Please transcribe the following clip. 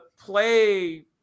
play